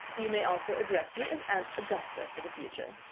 you may also address me as aunt augusta for the future.